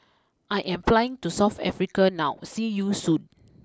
I am flying to South Africa now see you Soon